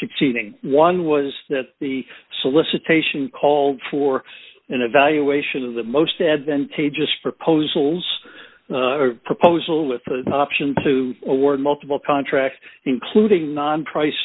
succeeding one was that the solicitation called for an evaluation of the most advantageous proposals proposal with the option to award multiple contracts including non price